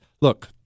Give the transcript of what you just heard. look